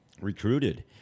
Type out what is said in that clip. recruited